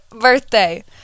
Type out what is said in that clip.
birthday